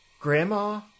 grandma